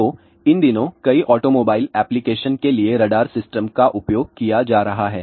तो इन दिनों कई ऑटोमोबाइल एप्लिकेशन के लिए रडार सिस्टम का उपयोग किया जा रहा है